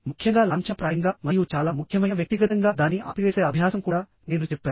ముఖ్యంగా లాంఛనప్రాయంగా మరియు చాలా ముఖ్యమైన వ్యక్తిగతంగా దాన్ని ఆపివేసే అభ్యాసం కూడా నేను చెప్పాను